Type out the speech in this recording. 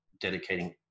dedicating